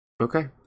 Okay